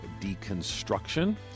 deconstruction